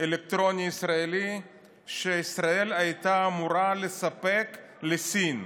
אלקטרוני ישראלי שישראל הייתה אמורה לספק לסין.